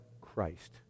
Christ